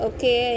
Okay